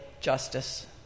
justice